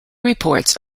reports